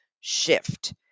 Shift